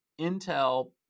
Intel